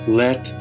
let